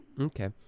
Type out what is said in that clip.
Okay